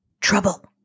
trouble